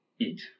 eat